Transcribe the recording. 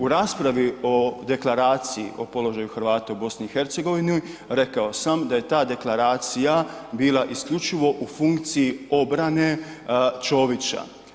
U raspravi o Deklaraciji o položaju Hrvata u BiH rekao sam da je ta Deklaracija bila isključivo u funkciji obrane Čovića.